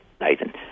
Nathan